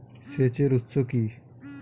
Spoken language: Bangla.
সেচের উৎস কি?